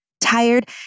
tired